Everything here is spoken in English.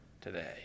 today